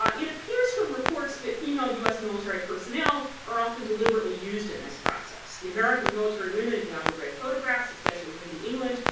you know appears from reports that female us military personnel are often deliberately used in this process. the american military women in the abu ghraib photographs, especially lynndie england,